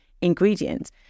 ingredients